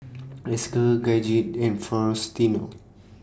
Esker Gidget and Faustino